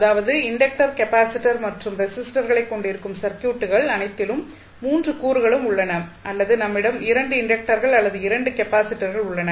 அதாவது inductor capacitor மற்றும் ரெசிஸ்டர்களை கொண்டிருக்கும் சர்க்யூட்டுகள் அனைத்திலும் 3 கூறுகளும் உள்ளன அல்லது நம்மிடம் 2 இண்டக்டர்கள் அல்லது 2 கெப்பாசிட்டர்கள் உள்ளன